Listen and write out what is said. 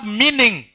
meaning